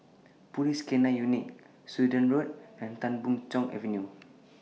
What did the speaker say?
Police K nine Unit Sudan Road and Tan Boon Chong Avenue